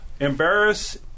Embarrass